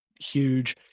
huge